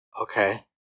Okay